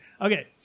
Okay